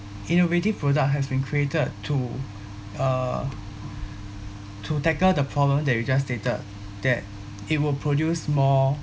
innovative product has been created to uh to tackle the problem that we just stated that it will produce more